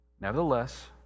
Nevertheless